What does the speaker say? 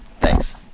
Thanks